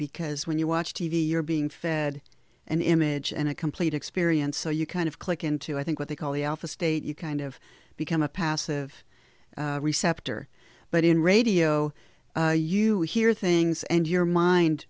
because when you watch t v you're being fed an image and a complete experience so you kind of click into i think what they call the alpha state you kind of become a passive receptor but in radio you hear things and your mind